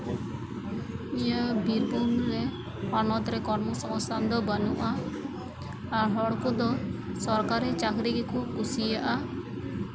ᱱᱤᱭᱟᱹ ᱵᱤᱨᱵᱷᱩᱢ ᱨᱮ ᱦᱚᱱᱚᱛ ᱨᱮ ᱠᱚᱨᱢᱚ ᱥᱚᱸᱥᱛᱷᱟᱱ ᱫᱚ ᱵᱟᱹᱱᱩᱜᱼᱟ ᱟᱨ ᱦᱚᱲᱠᱚᱫᱚ ᱥᱚᱨᱠᱟᱨᱤ ᱪᱟᱹᱠᱨᱤ ᱜᱮᱠᱚ ᱠᱩᱥᱤᱭᱟᱜᱼᱟ